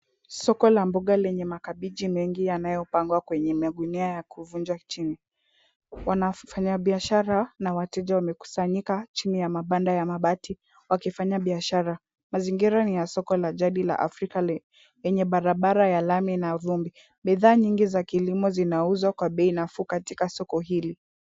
Soko la mboga lenye makabichi mengi yanayopangwa kwenye magunia ya kuvunja chini. Wafanyibiashara na wateja wamekusanyika chini ya mabanda ya mabati wakifanya biashara. Mazingira ni ya soko la jadi la afrika lenye barabara ya lami na vumbi. Bidhaa nyingi za kilimo zinauzwa kwa bei nafuu katika soko hili.